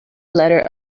letter